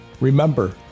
Remember